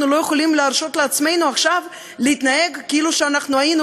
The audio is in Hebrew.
אנחנו לא יכולים להרשות לעצמנו עכשיו להתנהג כאילו היינו